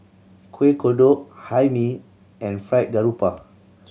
Kueh Kodok Hae Mee and Fried Garoupa